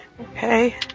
Okay